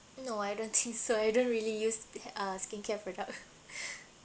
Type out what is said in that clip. no I don't think so I don't really use uh skincare product